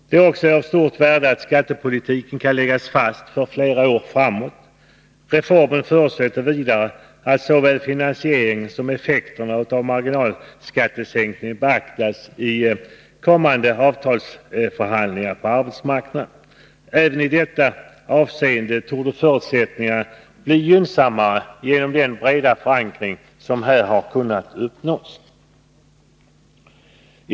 Det är också av stort värde att skattepolitiken kan läggas fast för flera år framåt. Reformen förutsätter vidare att såväl finansieringen som effekterna av en marginalskattesänkning beaktas i kommande avtalsförhandlingar på arbetsmarknaden. Även i detta avseende torde förutsättningarna bli gynnsammare genom den breda förankring som här har kunnat uppnås.